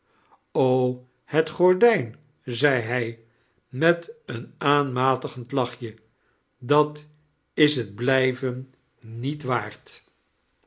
het gordijn zei hij met een aanmatigend lachje dat is het blijven niet waard